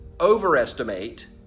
overestimate